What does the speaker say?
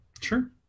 Sure